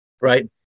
Right